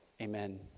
Amen